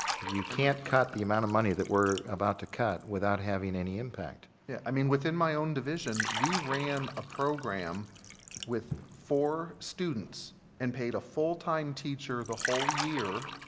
you can't cut the amount of money that we're about cut without having any impact. yeah. i mean within my own division we ran a program with four students and paid a full time teacher the whole year,